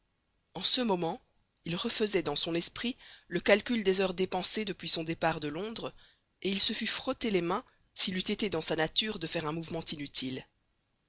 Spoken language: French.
en ce moment il refaisait dans son esprit le calcul des heures dépensées depuis son départ de londres et il se fût frotté les mains s'il eût été dans sa nature de faire un mouvement inutile